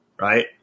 right